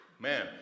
man